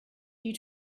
due